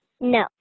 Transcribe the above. No